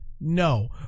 No